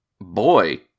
boy